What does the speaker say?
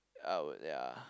I would ya